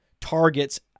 targets